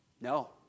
No